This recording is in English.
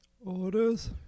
Orders